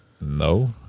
No